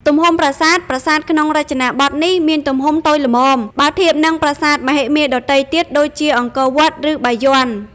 ទំហំប្រាសាទ ប្រាសាទក្នុងរចនាបថនេះមាន ទំហំតូចល្មម បើធៀបនឹងប្រាសាទមហិមាដទៃទៀតដូចជា អង្គរវត្ត ឬបាយ័ន។